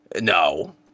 No